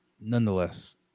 nonetheless